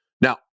Now